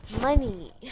money